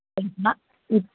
इतना की